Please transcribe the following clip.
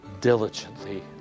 diligently